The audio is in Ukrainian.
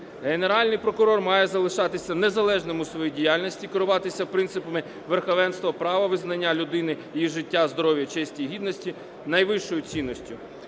Генеральний прокурор має залишатися незалежним у своїй діяльності, керуватися принципами верховенства права, визнання людини, її життя, здоров'я, честі і гідності найвищою цінністю.